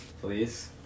please